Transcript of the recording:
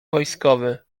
wojskowy